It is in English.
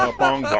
um bong.